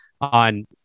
on